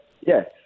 Yes